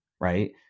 right